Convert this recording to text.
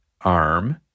arm